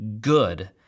good